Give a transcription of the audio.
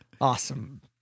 Awesome